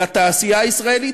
לתעשייה הישראלית,